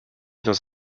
dans